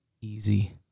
easy